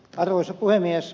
arvoisa puhemies